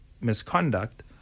misconduct